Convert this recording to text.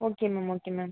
okay okay okay ma'am